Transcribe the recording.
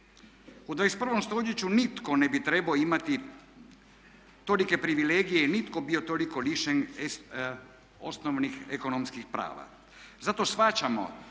U 21. stoljeću nitko ne bi trebao imati tolike privilegije i nitko biti toliko lišen osnovnih ekonomskih prava. Zato shvaćamo